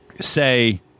Say